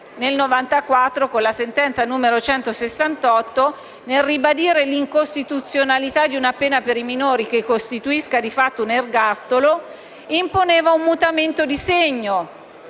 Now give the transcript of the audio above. con la sentenza n. 168 dell'aprile 1994, nel ribadire l'incostituzionalità di una pena per i minori che costituisca, di fatto, un ergastolo, imponeva «un mutamento di segno